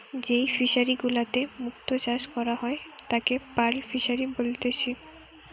যেই ফিশারি গুলাতে মুক্ত চাষ করা হয় তাকে পার্ল ফিসারী বলেতিচ্ছে